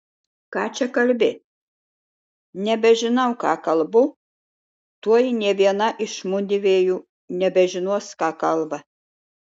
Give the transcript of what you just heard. ką čia kalbi nebežinau ką kalbu tuoj nė viena iš mudviejų nebežinos ką kalba